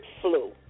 flu